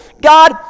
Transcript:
God